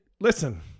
listen